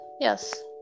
yes